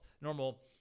normal